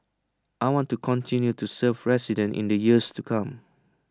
I want to continue to serve residents in the years to come